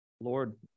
Lord